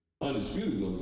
Undisputed